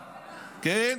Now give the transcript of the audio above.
כן?